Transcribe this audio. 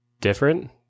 different